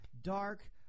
Dark